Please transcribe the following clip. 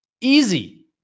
easy